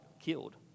killed